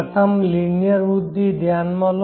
પ્રથમ લિનિયર વૃદ્ધિ ધ્યાનમાં લો